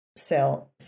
sell